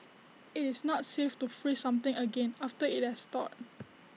IT is not safe to freeze something again after IT has thawed